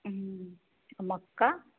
मक्का